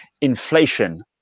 inflation